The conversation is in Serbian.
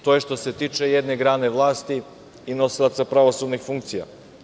To je što se tiče jedne grane vlasti i nosilaca pravosudnih funkcija.